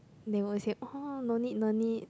they always say oh no need no need